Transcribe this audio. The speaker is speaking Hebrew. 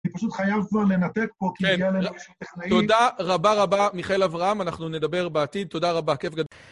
אני פשוט חייב כבר לנתק פה כי הגיע אלי איזהשהו תכנאי. תודה רבה רבה, מיכאל אברהם, אנחנו נדבר בעתיד, תודה רבה, כיף גדול.